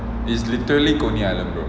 is literally coney island group